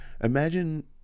imagine